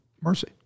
mercy